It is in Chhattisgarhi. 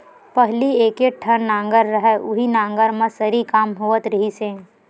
पहिली एके ठन नांगर रहय उहीं नांगर म सरी काम होवत रिहिस हे